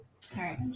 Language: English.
Sorry